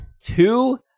Two